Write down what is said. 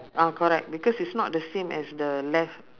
ah correct because it's not the same as the left